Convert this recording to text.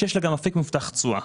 שיש לה גם אפיק מובטח תשואה.